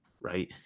right